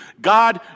God